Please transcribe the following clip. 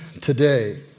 today